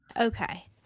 Okay